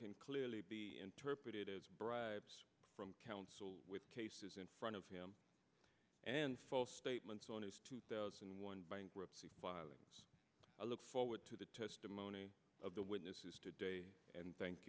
can clearly be interpreted as bribe counsel with cases in front of him and false statements on his two thousand and one bankruptcy filing i look forward to the testimony of the witnesses today and thank